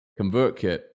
ConvertKit